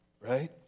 Right